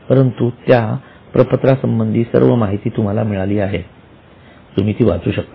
परंतु त्याप्रपत्रा संबंधीची सर्व माहिती तुम्हाला मिळाली आहे तुम्ही ती वाचू शकता